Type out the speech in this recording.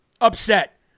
upset